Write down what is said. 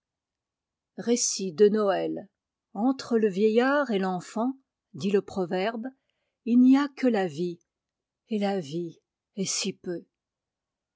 récit de noël i entre le vieillard et l'enfant dit le proverbe il n'y a que la vie et la vie est si peu